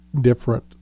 different